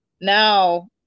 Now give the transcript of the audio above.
now